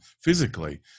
physically